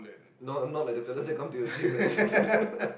not not like the fellow say come to your gym man